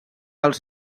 els